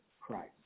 Christ